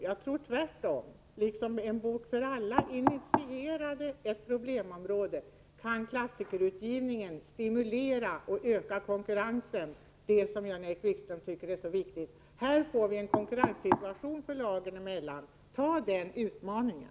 Jag tror tvärtom att liksom En bok för alla initierade ett problemområde, kan klassikerutgivning stimulera och öka konkurrensen, den som Jan-Erik Wikström tycker är så viktig. Vi får en konkurrenssituation förlagen emellan. Tag den utmaningen!